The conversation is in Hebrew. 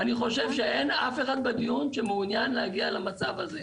אני חושב שאין אף אחד בדיון שמעוניין להגיע למצב הזה,